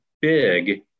big